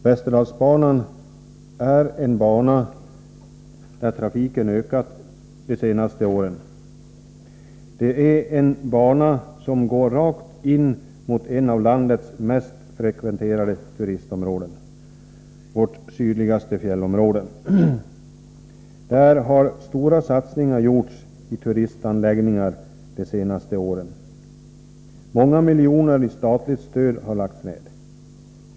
Västerdalsbanan är en bana där trafiken ökat de senaste åren. Det är en bana som går rakt in mot ett av landets mest frekventerade turistområden, vårt sydligaste fjällområde. Där har stora satsningar gjorts i turistanläggningar de senaste åren, och många miljoner i statligt stöd har lagts ned.